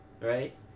right